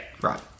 Right